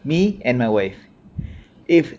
me and my wife if